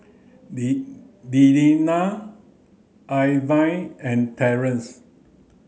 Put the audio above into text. Delila Irvine and Terence